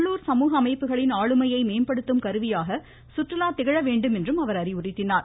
உள்ளுர் சமூக அமைப்புகளின் ஆளுமையை மேம்படுத்தும் கருவியாக சுற்றுலா திகழ வேண்டும் என்றும் அவர் அறிவுறுத்தினார்